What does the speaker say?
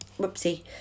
whoopsie